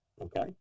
Okay